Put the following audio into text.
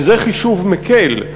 וזה חישוב מקל,